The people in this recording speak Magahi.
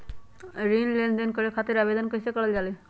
ऋण लेनदेन करे खातीर आवेदन कइसे करल जाई?